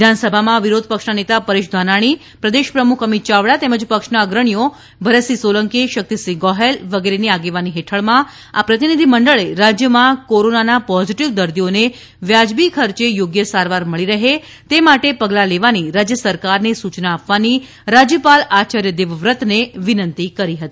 વિધાનસભામાં વિરોધ પક્ષના નેતા પરેશ ધાનાણી પ્રદેશ પ્રમુખ અમિત યાવડા તેમજ પક્ષના અગ્રણીઓ ભરતસિંહ સોલંકી શક્તિસિંહ ગોહીલ વગેરેની આગેવાની હેઠળમાં આ પ્રતિનિધિમંડળે રાજ્યમાં કોરોનાના પોઝિટિવ દર્દીઓને વ્યાજબી ખર્ચે યોગ્ય સારવાર મળી રહે તે માટે પગલાં લેવાની રાજ્ય સરકારને સૂચના આપવાની રાજ્યપાલ આચાર્ય દેવવ્રતને વિનંતી કરી હતી